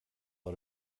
out